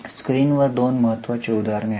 स्क्रीनवर दोन महत्त्वाची उदाहरणे आहेत